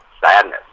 sadness